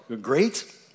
great